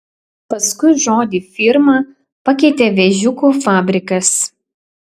paskui žodį firma pakeitė vėžiukų fabrikas